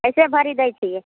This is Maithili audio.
कैसे भरी दै छियै